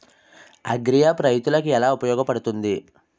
Agri app రైతులకి ఏలా ఉపయోగ పడుతుంది?